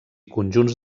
conjunts